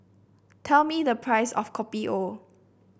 tell me the price of Kopi O